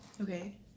Okay